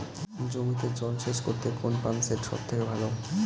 জমিতে জল সেচ করতে কোন পাম্প সেট সব থেকে ভালো?